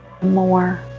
more